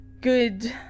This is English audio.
good